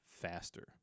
faster